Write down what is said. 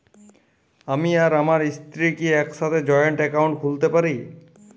আমি আর আমার স্ত্রী কি একসাথে জয়েন্ট অ্যাকাউন্ট খুলতে পারি?